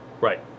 Right